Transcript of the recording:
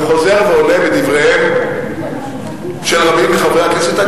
וחוזר ועולה בדבריהם של רבים מחברי הכנסת,